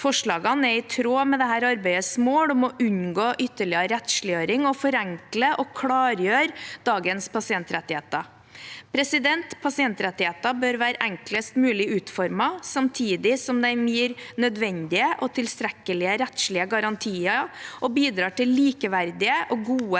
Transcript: Forslagene er i tråd med dette arbeidets mål om å unngå ytterligere rettsliggjøring og å forenkle og klargjøre dagens pasientrettigheter. Pasientrettighetene bør være enklest mulig utformet, samtidig som de gir nødvendige og tilstrekkelige rettslige garantier og bidrar til likeverdige og gode